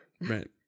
Right